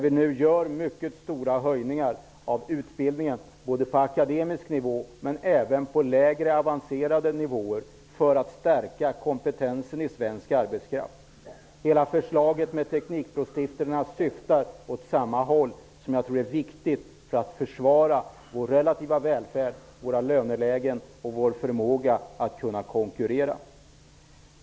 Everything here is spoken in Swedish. Vi ökar nu utbildningen mycket kraftigt på akademisk nivå, men även på lägre, avancerade nivåer, för att stärka kompetensen hos svensk arbetskraft. Hela förslaget med teknikbrostiftelserna syftar åt samma håll, vilket jag tror är viktigt för att försvara vår relativa välfärd, vårt löneläge och vår förmåga att konkurrera.